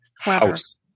house